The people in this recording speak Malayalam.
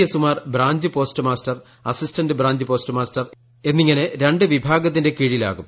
എസുമാർ branch postmaster assistant branch postmaster എന്നിങ്ങനെ രണ്ട് വിഭാഗത്തിന്റെ കീഴിലാകും